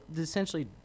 essentially